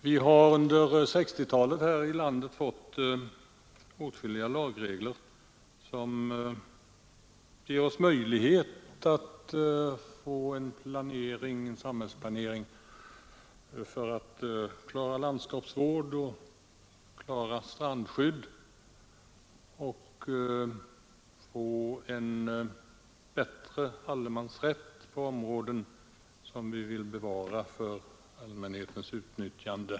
Vi har under 1960-talet här i landet fått åtskilliga lagregler som gör det möjligt för oss att åstadkomma en samhällsplanering för att klara landskapsvård och strandskydd samt få en bättre allemansrätt i områden som vi vill bevara för allmänhetens nyttjande.